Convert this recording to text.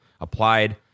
applied